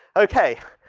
okay.